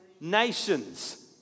nations